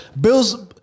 Bill's